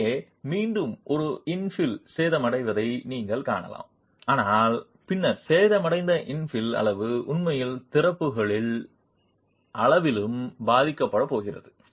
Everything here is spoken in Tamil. இங்கே மீண்டும் ஒரு இன்ஃபில் சேதமடைவதை நீங்கள் காணலாம் ஆனால் பின்னர் சேதமடைந்த இன்பிலின் அளவு உண்மையில் திறப்புகளின் அளவிலும் பாதிக்கப்படப்போகிறது